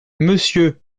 monsieur